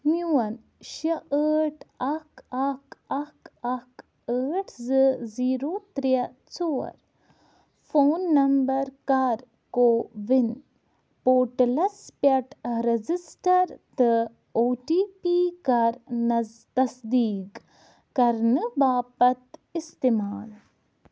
میون شےٚ ٲٹھ اکھ اکھ اکھ اکھ ٲٹھ زٕ زیٖرو ترٛےٚ ژور فون نمبر کر کووِن پورٹلس پٮ۪ٹھ رٔزِسٹر تہٕ او ٹی پی کر نز تصدیٖق کر نہٕ باپَتھ استعمال